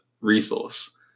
resource